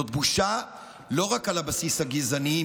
זה בושה לא רק על הבסיס הגזעני,